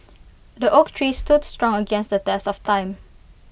the oak tree stood strong against the test of time